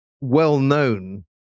well-known